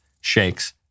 shakes